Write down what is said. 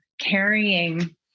carrying